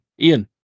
ian